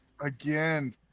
Again